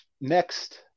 next